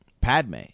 Padme